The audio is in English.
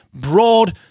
Broad